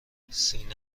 سینه